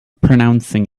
pronouncing